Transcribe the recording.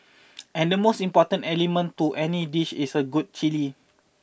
and the most important element to any dish is good chilli